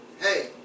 Hey